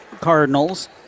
Cardinals